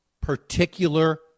particular